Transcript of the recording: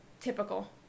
typical